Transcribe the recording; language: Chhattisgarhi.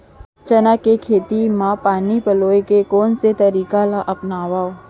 चना के खेती म पानी पलोय के कोन से तरीका ला अपनावव?